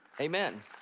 Amen